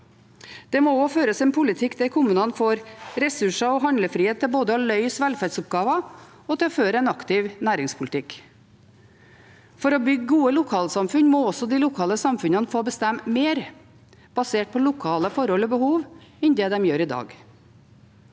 Det må også føres en politikk der kommunene får ressurser og handlefrihet til både å løse velferdsoppgaver og å føre en aktiv næringspolitikk. For å bygge gode lokalsamfunn må også de lokale samfunnene få bestemme mer, basert på lokale forhold og behov, enn det de gjør i dag.